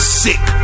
sick